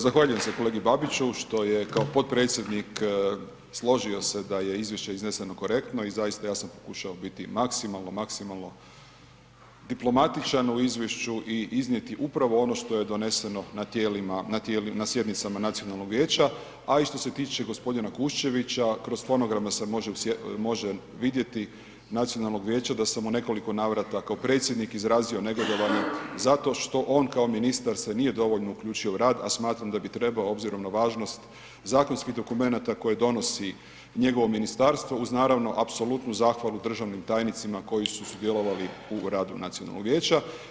Zahvaljujem se kolegi Babiću što je kao potpredsjednik složio se da je izvješće izneseno korektno i zaista, ja sam pokušao biti maksimalno, maksimalno diplomatičan u izvješću i iznijeti upravo ono što je doneseno na sjednicama Nacionalnog vijeća, a i što se tiče g. Kuščevića, kroz fonograme se može vidjeti Nacionalnog vijeća da sam u nekoliko navrata kao predsjednik izrazio negodovanje zato što on kao ministar se nije dovoljno uključio u rad, a smatram da bi trebao obzirom na važnost zakonskih dokumenata koje donosi njegovo ministarstvo uz naravno, apsolutnu zahvalu državnim tajnicima koji su sudjelovali u radu Nacionalnog vijeća.